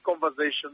conversation